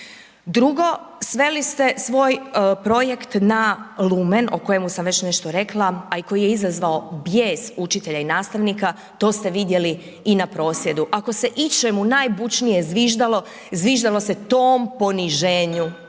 Drugo, sveli ste svoj projekt na lumen o kojemu sam već nešto rekla, a i koji je izazvao bijes učitelja i nastavnika, to ste vidjeli i na prosvjedu, ako se ičemu najbučnije zviždalo, zviždalo se tom poniženju,